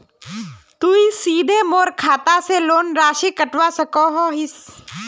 तुई सीधे मोर खाता से लोन राशि कटवा सकोहो हिस?